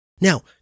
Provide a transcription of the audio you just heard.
Now